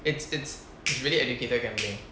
it's it's really educated gambling